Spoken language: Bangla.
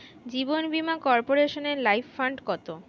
জীবন বীমা কর্পোরেশনের লাইফ ফান্ড কত?